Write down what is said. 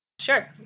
Sure